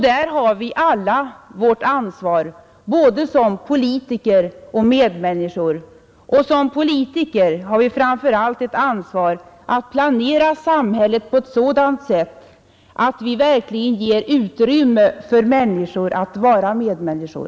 Där har vi alla vårt ansvar, både som politiker och som medmänniskor. Och som politiker har vi framför allt ett ansvar att planera samhället på ett sådant sätt att vi verkligen ger utrymme för människor att vara medmänniskor.